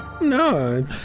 No